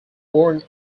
worn